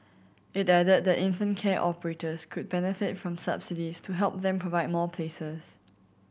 it added that infant care operators could benefit from subsidies to help them provide more places